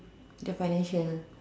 the financial